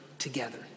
together